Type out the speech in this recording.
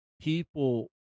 people